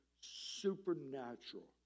supernatural